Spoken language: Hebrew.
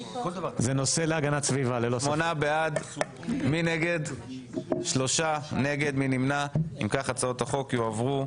מי בעד להעביר את הצעות החוק לוועדה